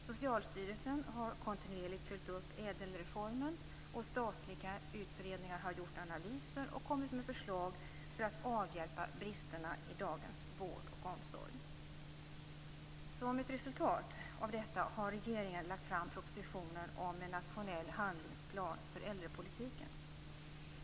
Socialstyrelsen har kontinuerligt följt upp ädelreformen, och statliga utredningar har gjort analyser och kommit med förslag för att avhjälpa bristerna i dagens vård och omsorg. Som ett resultat av detta har regeringen lagt fram propositionen om en nationell handlingsplan för äldrepolitiken.